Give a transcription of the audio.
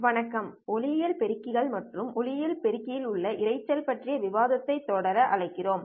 வணக்கம் ஒளியியல் பெருக்கிகள் மற்றும் ஒளியியல் பெருக்கியில் உள்ள இரைச்சல் பற்றிய விவாதத்தைத் தொடர வரவேற்கிறோம்